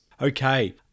Okay